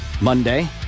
Monday